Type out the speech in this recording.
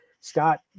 Scott